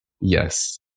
Yes